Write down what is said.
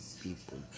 people